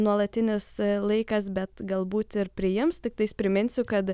nuolatinis laikas bet galbūt ir priims tiktais priminsiu kad